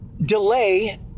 delay